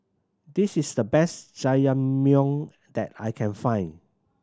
this is the best Jajangmyeon that I can find